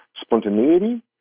spontaneity